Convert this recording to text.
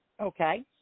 Okay